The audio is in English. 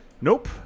nope